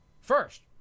First